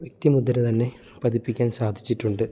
വ്യക്തിമുദ്ര തന്നെ പതിപ്പിക്കാൻ സാധിച്ചിട്ടുണ്ട്